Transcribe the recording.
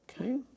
Okay